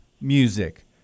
music